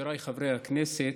חבריי חברי הכנסת,